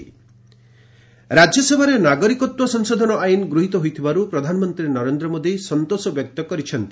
ରିଆକ୍ସ citizenship ରାଜ୍ୟସଭାରେ ନାଗରିକତ୍ୱ ସଂଶୋଧନ ଆଇନ୍ ଗୃହୀତ ହୋଇଥିବାରୁ ପ୍ରଧାନମନ୍ତ୍ରୀ ନରେନ୍ଦ୍ର ମୋଦୀ ସନ୍ତୋଷ ବ୍ୟକ୍ତ କରିଛନ୍ତି